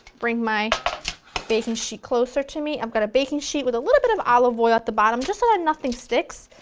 bring my baking sheet closer to me, i've got a baking sheet with a little bit of olive oil at the bottom just so that nothing sticks.